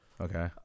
Okay